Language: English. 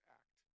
act